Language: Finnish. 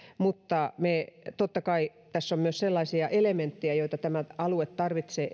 mutta totta kai tässä on myös sellaisia elementtejä joita tämä alue tarvitsee